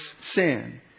sin